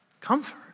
comfort